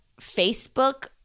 Facebook